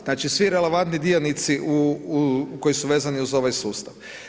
Znači svi relevantni dionici koji su vezani uz ovaj sustav.